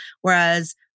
Whereas